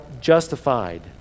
justified